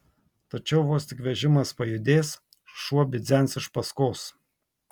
tačiau vos tik vežimas pajudės šuo bidzens iš paskos